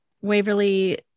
Waverly